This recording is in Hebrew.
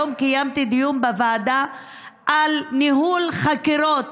היום קיימתי דיון בוועדה על ניהול חקירות